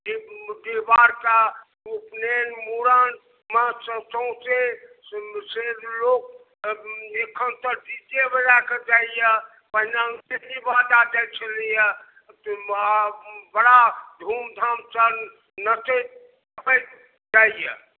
डीह डिहबारके उपनयन मुड़न मे स सौंसे से से लोक ए एखन तऽ डीजेवला के जाइए पहिने पिपही बाजा जाइ छलैए तऽ बड़ा धूमधामसँ नचैत गबैत जाइए